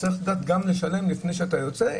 הוא צריך לשלם גם לפני שהוא יוצא.